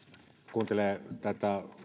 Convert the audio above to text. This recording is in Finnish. kun kuuntelee tätä